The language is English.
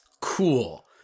cool